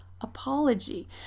apology